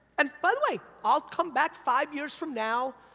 and, by the way, i'll come back five years from now,